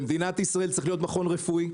במדינת ישראל צריך להיות מכון רפואי.